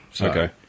Okay